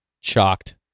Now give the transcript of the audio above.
shocked